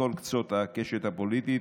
מכל קצות הקשת הפוליטית,